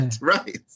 right